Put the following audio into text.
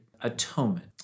atonement